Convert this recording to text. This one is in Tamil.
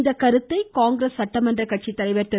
இந்த கருத்தை காங்கிரஸ் சட்டமன்ற கட்சி தலைவர் திரு